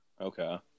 okay